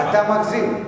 אתה מגזים.